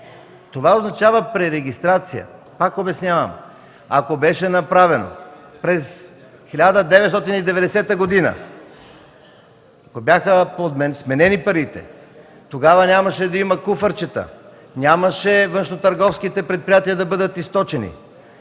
Това означава пререгистрация. Пак обяснявам. Ако беше направено през 1990 г., ако бяха сменени парите, тогава нямаше да има куфарчета, нямаше външнотърговските предприятия да бъдат източени.